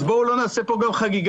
אז בואו לא נעשה פה חגיגה.